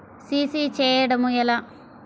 CC చేయడము ఎలా?